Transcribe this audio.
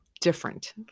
different